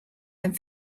and